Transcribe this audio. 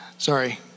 Sorry